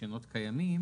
רישיונות קיימים